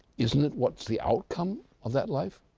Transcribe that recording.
isn't it, what's the outcome of that life?